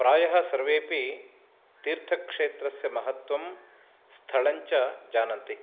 प्रायः सर्वेऽपि तीर्थक्षेत्रस्य महत्वं स्थलञ्च जानन्ति